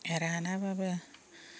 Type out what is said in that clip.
रानाब्लाबो